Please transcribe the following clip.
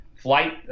flight